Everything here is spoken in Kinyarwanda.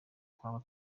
twaba